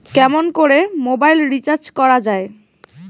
কেমন করে mobile recharge করা য়ায়?